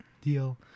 deal